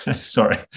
Sorry